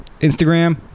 Instagram